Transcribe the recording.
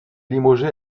limogé